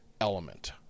element